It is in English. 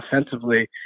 offensively